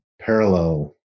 parallel